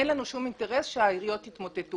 אין לנו שום אינטרס שהעיריות יתמוטטו,